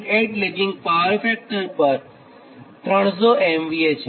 8 lagging power factor પર ૩૦૦ MVA છે